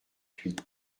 huit